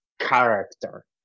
character